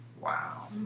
Wow